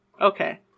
Okay